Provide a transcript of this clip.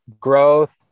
growth